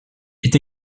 est